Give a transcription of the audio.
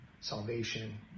salvation